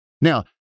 Now